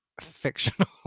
fictional